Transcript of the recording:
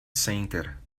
center